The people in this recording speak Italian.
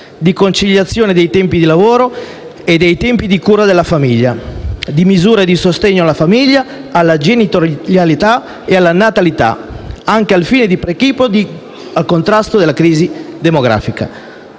di conciliazione dei tempi di lavoro e dei tempi di cura della famiglia, di misure di sostegno alla famiglia, alla genitorialità e alla natalità, anche al fine precipuo del contrasto alla crisi demografica.